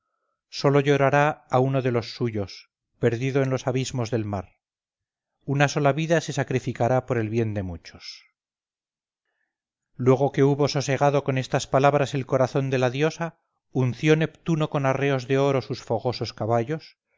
sólo llorará a uno de los suyos perdido en los abismos del mar una sola vida se sacrificará por el bien de muchos luego que hubo sosegado con estas palabras el corazón de la diosa unció neptuno con arreos de oro sus fogosos caballos